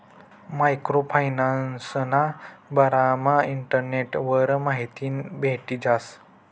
micro फायनान्सना बारामा इंटरनेटवर माहिती भेटी जास